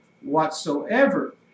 whatsoever